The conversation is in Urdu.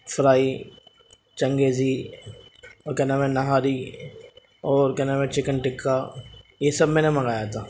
فرائی چنگیزی اور کیا نام ہے نہاری اور کیا نام ہے چکن تکا یہ سب میں نے منگایا تھا